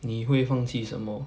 你会放弃什么